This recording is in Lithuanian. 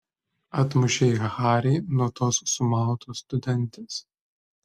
atmušei harį nuo tos sumautos studentės